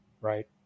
right